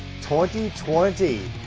2020